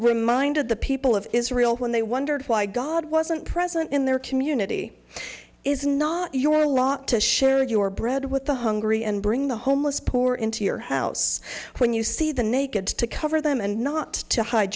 reminded the people of israel when they wondered why god wasn't present in their community is not your lot to share your bread with the hungry and bring the homeless poor into your house when you see the naked to cover them and not to hide